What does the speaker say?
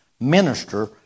minister